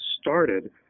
started